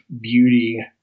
beauty